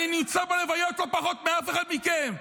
אני נמצא בהלוויות לא פחות מאף אחד מכם.